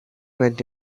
went